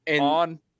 on